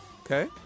Okay